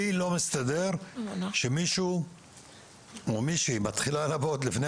לי לא מסתדר שמישהי מתחילה לעבוד לפני